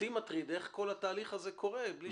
אותי מטריד איך כל התהליך הזה קורה בלי